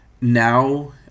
now